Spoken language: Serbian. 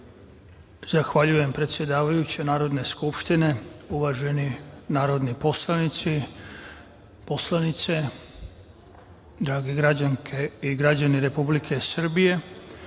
Zahvaljujem predsedavajuća, Narodne skupštine. Uvaženi narodni poslanici, poslanice, drage građanke i građani Republike Srbije,